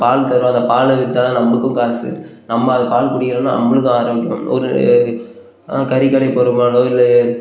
பால் தரும் அந்த பாலை வித்தால் தான் நம்மளுக்கும் காசு நம்ம அது பால் குடிக்கிறோம்ன்னா நம்மளுக்கும் ஆரோக்கியம் ஒரு கறிக்கடைக்கு போகிற மாடோ இல்லை